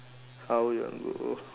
how you want go